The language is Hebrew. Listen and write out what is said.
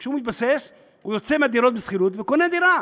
וכשהוא מתבסס הוא יוצא מהדירות בשכירות וקונה דירה.